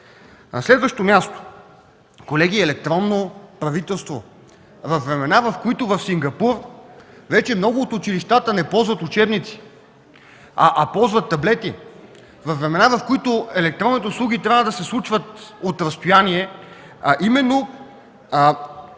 На следващо място, колеги, електронно правителство във времена, в които в Сингапур вече в много от училищата не ползват учебници, а ползват таблети, във времена, в които електронните услуги трябва да се случват от разстояние, именно